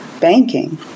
Banking